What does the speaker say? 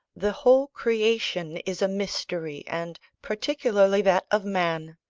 the whole creation is a mystery and particularly that of man.